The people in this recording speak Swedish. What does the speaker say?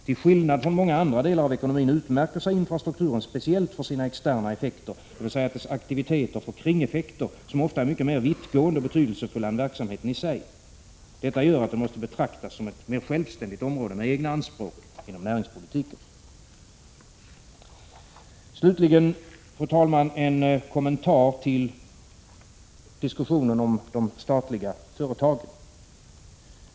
Till skillnad från många andra delar av ekonomin utmärker sig infrastrukturen speciellt för sina externa effekter, dvs. dess aktiviteter får kringeffekter, som ofta är mycket mer vittgående än verksamheten i sig. Detta gör att den måste betraktas som ett självständigt område med egna anspråk inom näringspolitiken. Slutligen, fru talman, en kommentar med anledning av diskussionen om de statliga företagen.